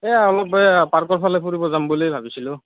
এই অলপ এই পাৰ্কৰ ফালে ফুৰিব যাম বুলি ভাবিছিলোঁ